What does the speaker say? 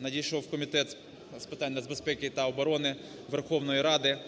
надійшов у Комітет з питань нацбезпеки і оборони Верховної Ради,